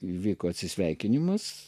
vyko atsisveikinimas